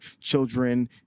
children